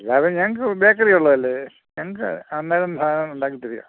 അല്ലാതെ ഞങ്ങൾക്ക് ബേക്കറി ഉള്ളതല്ലേ ഞങ്ങൾക്ക് അന്നേരം ആണ് ഉണ്ടാക്കി തരിക